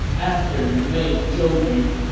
after you made zhou yu,